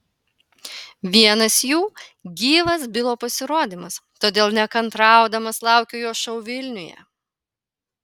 vienas jų gyvas bilo pasirodymas todėl nekantraudamas laukiu jo šou vilniuje